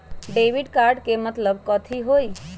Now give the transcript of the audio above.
Debit card के मतलब कथी होई?